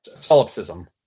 Solipsism